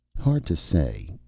hard to say.